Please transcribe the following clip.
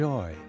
Joy